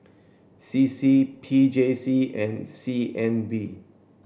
C C P J C and C N B